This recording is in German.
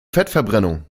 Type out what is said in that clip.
fettverbrennung